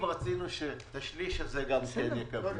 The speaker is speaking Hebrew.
אם רוצים שגם השליש האלה יקבלו,